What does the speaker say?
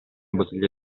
bottiglia